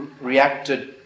reacted